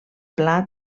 pla